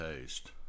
taste